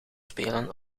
spelen